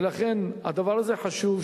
ולכן הדבר הזה חשוב,